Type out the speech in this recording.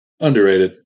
Underrated